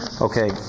Okay